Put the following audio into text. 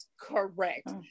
correct